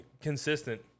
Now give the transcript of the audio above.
consistent